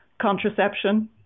contraception